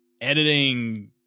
editing